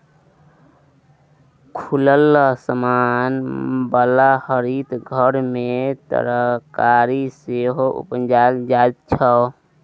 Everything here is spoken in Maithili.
खुलल आसमान बला हरित घर मे तरकारी सेहो उपजाएल जाइ छै